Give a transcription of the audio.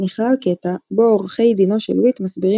נכלל קטע בו עורכי דינו של וויט מסבירים